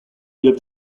lived